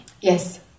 Yes